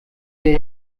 wir